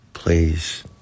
Please